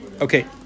Okay